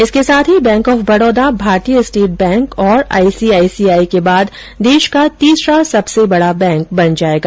इसके साथ ही बैंक ऑफ बड़ौदा भारतीय स्टेट बैंक और आईसीआईसीआई के बाद देश का तीसरा सबसे बड़ा बैंक बन जाएगा